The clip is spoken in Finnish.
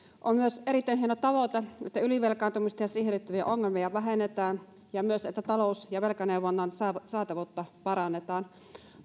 on myös erittäin hieno tavoite että ylivelkaantumista ja siihen liittyviä ongelmia vähennetään ja myös että talous ja velkaneuvonnan saatavuutta parannetaan